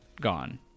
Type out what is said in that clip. gone